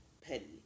petty